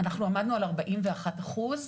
אנחנו עמדנו על ארבעים ואחד אחוז.